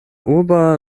urba